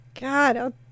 god